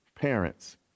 parents